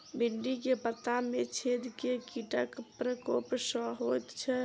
भिन्डी केँ पत्ता मे छेद केँ कीटक प्रकोप सऽ होइ छै?